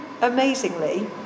amazingly